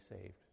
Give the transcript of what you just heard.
saved